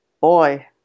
Boy